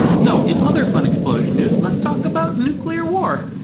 so, in other fun explosion news, let's talk about nuclear war!